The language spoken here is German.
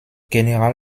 general